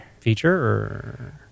Feature